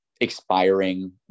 expiring